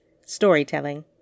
Storytelling